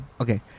Okay